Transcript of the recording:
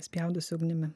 spjaudosi ugnimi